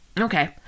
Okay